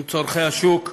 עם צורכי השוק,